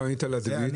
מה לגבי הדביט?